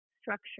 structure